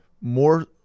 more